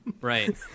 Right